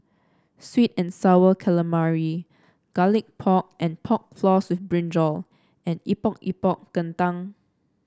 sweet and sour calamari Garlic Pork and Pork Floss with brinjal and Epok Epok Kentang